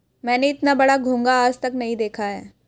मैंने इतना बड़ा घोंघा आज तक नही देखा है